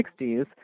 1960s